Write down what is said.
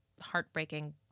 heartbreaking